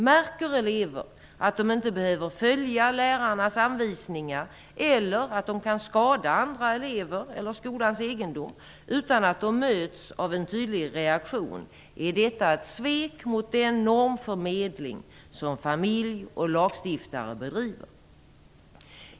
Märker elever att de inte behöver följa lärarnas anvisningar eller att de kan skada andra elever eller skolans egendom utan att de möts av en tydlig reaktion, är detta ett svek mot den normförmedling som familj och lagstiftare bedriver.